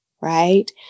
right